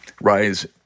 rise